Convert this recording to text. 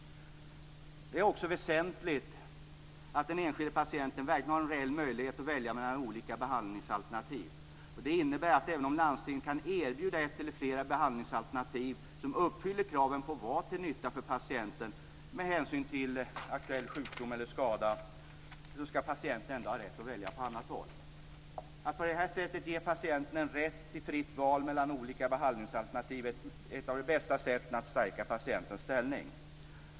Det är också väsentligt att den enskilde patienten verkligen har en reell möjlighet att välja mellan olika behandlingsalternativ. Det innebär att även om landstinget kan erbjuda ett eller flera behandlingsalternativ som uppfyller kraven på att vara till nytta för patienten med hänsyn till den aktuella sjukdomen eller skadan, skall patienten ändå ha rätt att välja behandling på annat håll. Att på detta sätt ge patienten en rätt till fritt val mellan olika behandlingsalternativ är ett av de bästa sätten att stärka patientens ställning.